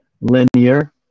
Linear